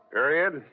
Period